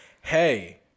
Hey